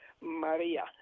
Maria